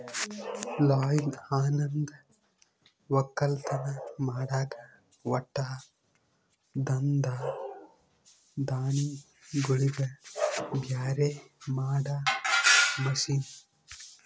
ಪ್ಲಾಯ್ಲ್ ಅನಂದ್ ಒಕ್ಕಲತನ್ ಮಾಡಾಗ ಹೊಟ್ಟದಾಂದ ದಾಣಿಗೋಳಿಗ್ ಬ್ಯಾರೆ ಮಾಡಾ ಮಷೀನ್